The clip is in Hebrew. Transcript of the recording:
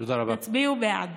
תצביעו בעד.